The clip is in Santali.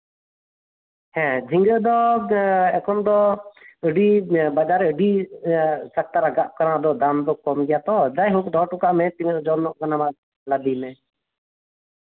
ᱦᱮᱸ ᱡᱷᱤᱸᱜᱟᱹ ᱫᱚ ᱮᱠᱷᱚᱱ ᱫᱚ ᱵᱟᱡᱟᱨ ᱨᱮ ᱟᱹᱰᱤ ᱥᱟᱥᱛᱟ ᱨᱟᱠᱟᱵ ᱟᱠᱟᱱᱟ ᱫᱟᱢ ᱫᱚ ᱠᱚᱢ ᱜᱮᱭᱟ ᱛᱚ ᱡᱟᱭ ᱦᱳᱠ ᱫᱚᱦᱚ ᱦᱚᱴᱚ ᱠᱟᱜ ᱢᱮ ᱛᱤᱱᱟᱹᱜ ᱫᱟᱢᱚᱜ ᱠᱟᱱᱟ ᱵᱟᱝ ᱫᱟᱢᱚᱜ ᱠᱟᱱᱟ ᱞᱟᱫᱤᱭ ᱢᱮ